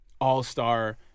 All-Star